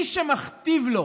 מי שמכתיב לו